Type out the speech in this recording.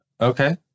Okay